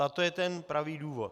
A to je ten pravý důvod.